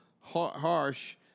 harsh